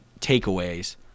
takeaways